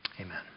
Amen